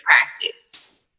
practice